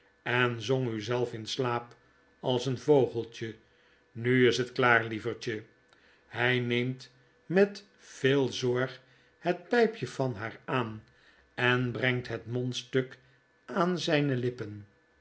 en zongt u zelf in slaap als een vogeltje nu is het klaar lievertje hij neemt met veel zorg het pijpje van haar aan en brengt het mondstuk aan zijne lippen